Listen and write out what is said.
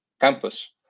campus